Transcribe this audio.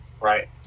right